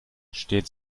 steht